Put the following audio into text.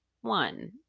one